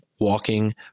walking